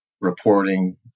reporting